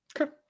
Okay